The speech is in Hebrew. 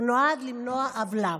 הוא נועד למנוע עוולה.